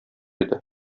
иде